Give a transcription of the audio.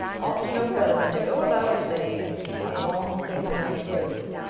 ought to know better than to go about saying that wrong things are true.